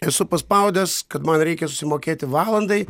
esu paspaudęs kad man reikia susimokėti valandai